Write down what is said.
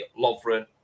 Lovren